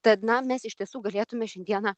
tad na mes iš tiesų galėtume šiandieną